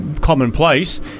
commonplace